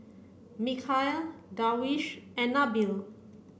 Mikhail Darwish and Nabil